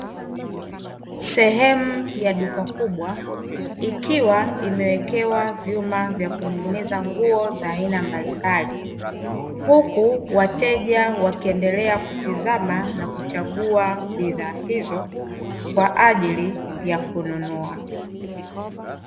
Sehemu ya duka kubwa, ikiwa imewekewa vyuma vya kuning'niza nguo za aina mbalimbali. Huku wateja wakiendelea kutazama na kuchagua bidhaa hizo kwa ajili ya kununua.